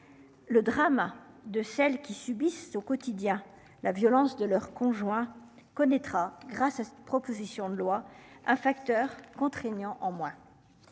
Le drame de celles qui subissent au quotidien la violence de leur conjoint connaîtra grâce à cette proposition de loi, un facteur contraignant en moins.